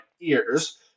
ears